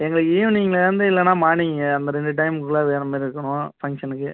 எங்களுக்கு ஈவினிங்லேருந்து இல்லைன்னா மார்னிங் அந்த ரெண்டு டைம்முக்குள்ள வேணும் மாரி இருக்கணும் ஃபங்க்ஷனுக்கு